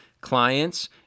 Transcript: clients